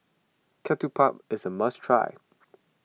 Ketupat is a must try